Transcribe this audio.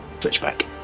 switchback